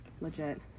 Legit